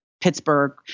Pittsburgh